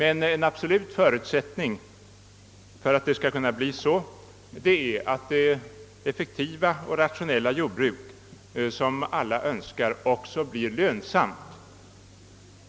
En absolut förutsättning härför är dock att det effektiva och rationella jordbruk som alla önskar också blir lönsamt.